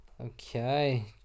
okay